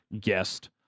Guest